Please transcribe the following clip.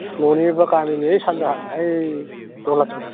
न'निफ्राय गामिनि सानजाहा ऐ दहलाथिं